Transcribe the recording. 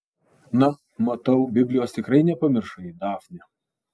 na matau biblijos tikrai nepamiršai dafne